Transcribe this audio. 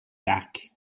back